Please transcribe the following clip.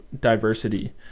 diversity